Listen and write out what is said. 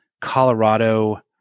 Colorado